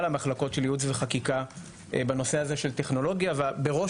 המחלקות של ייעוץ וחקיקה בנושא הזה של טכנולוגיה ובראש